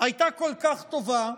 הייתה כל כך טובה,